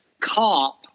cop